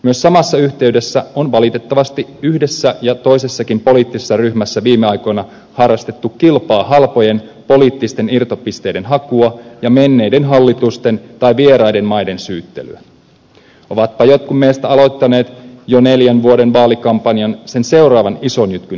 myös samassa yhteydessä on valitettavasti yhdessä jos toisessakin poliittisessa ryhmässä viime aikoina harrastettu kilpaa halpojen poliittisten irtopisteiden hakua ja menneiden hallitusten tai vieraiden maiden syyttelyä ovatpa jotkut meistä aloittaneet jo neljän vuoden vaalikampanjan sen seuraavan ison jytkyn saavuttamiseksi